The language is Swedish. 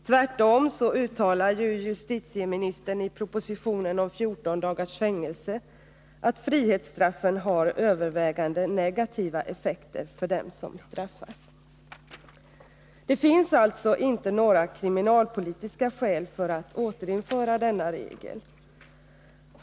Tvärtom så uttalar justitieministern i propositionen om 14 dagars fängelse att frihetsstraffen har övervägande negativa effekter för dem som straffas. Det finns alltså inte några kriminalpolitiska skäl för att återinföra denna regel.